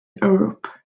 europe